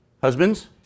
Husbands